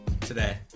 Today